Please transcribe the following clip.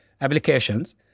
Applications